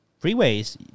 freeways